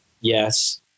yes